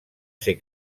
ser